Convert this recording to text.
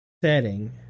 setting